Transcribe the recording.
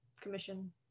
Commission